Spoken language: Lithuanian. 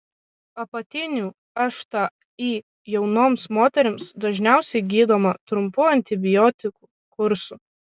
apatinių šti jaunoms moterims dažniausiai gydoma trumpu antibiotikų kursu